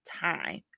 time